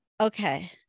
Okay